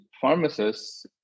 pharmacists